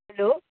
hello